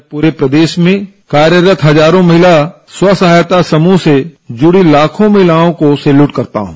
मैं पूरे प्रदेश में कार्यरत हजारों महिला स्व सहायता समूह से जुड़ी लाखों महिलाओं को सेल्यूट करता हूं